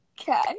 Okay